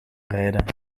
bereiden